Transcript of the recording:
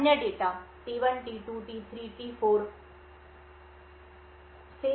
अन्य data T1 T2 T3 T4 से भी समझौता किया जाता है